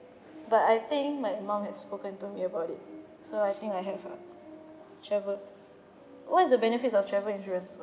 but I think my mum has spoken to me about it so I think I have a travel what's the benefits of travel insurance